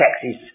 taxes